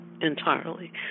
entirely